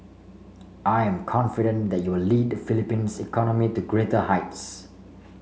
I am confident that you'll lead Philippines economy to greater heights